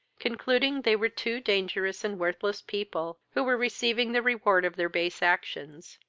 concluding they were two dangerous and worthless people, who were receiving the reward of their base actions,